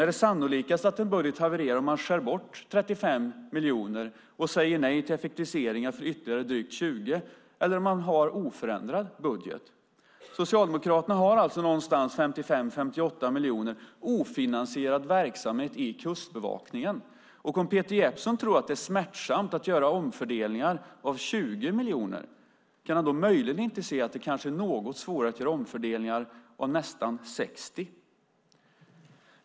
Är det sannolikast att en budget havererar om man skär bort 35 miljoner och säger nej till effektiviseringar för ytterligare drygt 20 miljoner eller om man har oförändrad budget? Socialdemokraterna har mellan 55 och 58 miljoner ofinansierad verksamhet i Kustbevakningen. Om Peter Jeppsson tror att det är smärtsamt att göra omfördelningar av 20 miljoner, kan han då inte se att det kan vara något svårare att göra omfördelningar av nästan 60 miljoner?